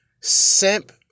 simp